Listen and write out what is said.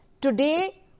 Today